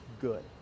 good